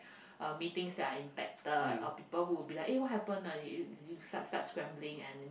uh meetings that are impacted or people who will be like ah what happened ah you start start scrambling and